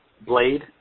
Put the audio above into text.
blade